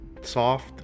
soft